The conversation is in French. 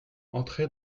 entrer